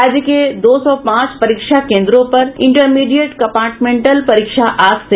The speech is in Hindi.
राज्य के दो सौ पांच परीक्षा केन्द्रों पर इंटरमीडिएट कम्पार्टमेंटल परीक्षा आज से